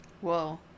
Whoa